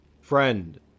Friend